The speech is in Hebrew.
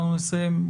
אנחנו נסיים.